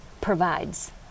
provides